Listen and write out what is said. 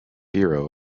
bureau